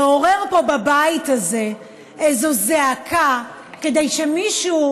לעורר פה בבית הזה איזו זעקה כדי שמישהו